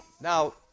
Now